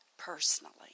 personally